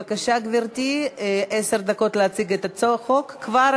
36 חברי כנסת בעד, אין